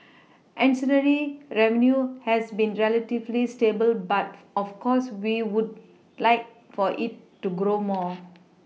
ancillary revenue has been relatively stable but of course we would like for it to grow more